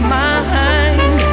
mind